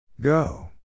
Go